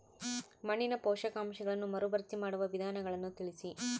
ಮಣ್ಣಿನ ಪೋಷಕಾಂಶಗಳನ್ನು ಮರುಭರ್ತಿ ಮಾಡುವ ವಿಧಾನಗಳನ್ನು ತಿಳಿಸಿ?